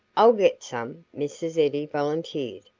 i'll get some, mrs. eddy volunteered,